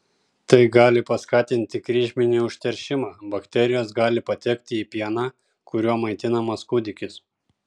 tai gali paskatinti kryžminį užteršimą bakterijos gali patekti į pieną kuriuo maitinamas kūdikis